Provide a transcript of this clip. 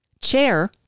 chair